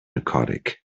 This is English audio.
narcotic